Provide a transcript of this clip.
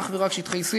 אך ורק שטחי C,